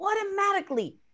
automatically